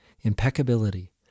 impeccability